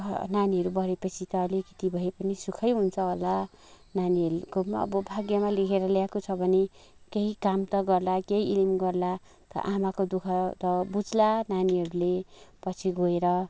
नानीहरू बढेपछि त अलिकति भए पनि सुखै हुन्छ होला नानीहरूको पनि अब भाग्यमा लेखेर ल्याएको छ भने केही काम त गर्ला केही इलिम गर्ला आमाको दु ख त बुझ्ला नानीहरूले पछि गएर